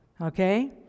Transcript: okay